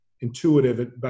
intuitive